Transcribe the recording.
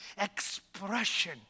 expression